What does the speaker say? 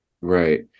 right